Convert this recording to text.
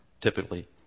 typically